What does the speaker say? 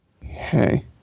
Hey